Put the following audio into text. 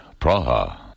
Praha